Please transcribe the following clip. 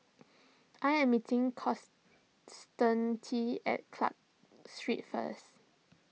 I am meeting at Clarke Street first